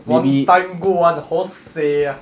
one time go ah the hosei ah